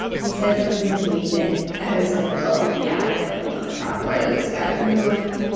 you said something to me that i was like, oh, yeah, i definitely want to talk more to this guy. you were like,